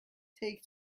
take